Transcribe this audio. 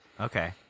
okay